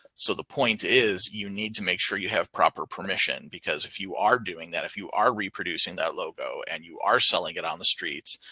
so the point is you need to make sure you have proper permission, because if you are doing that, if you are reproducing that logo and you are selling it on the streets,